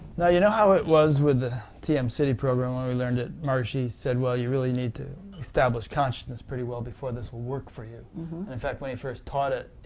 you know how it was with the tm siddhi program when we learned it, maharishi said, well, you really need to establish consciousness pretty well before this will work for you, and in fact when he first taught it,